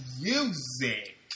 music